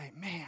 man